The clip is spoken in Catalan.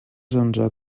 sense